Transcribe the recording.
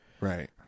Right